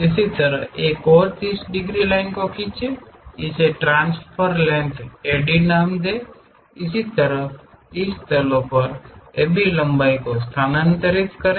इसी तरह एक और 30 डिग्री लाइन को खींचे इसे ट्रांसफर AD लेंथ नाम दें इसी तरह इस तलो पर AB की लंबाई को स्थानांतरित करें